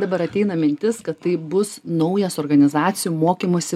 dabar ateina mintis kad tai bus naujas organizacijų mokymosi